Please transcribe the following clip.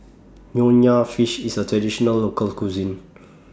Nonya Fish IS A Traditional Local Cuisine